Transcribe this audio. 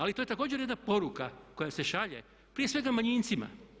Ali to je također jedna poruka koja se šalje, prije svega manjincima.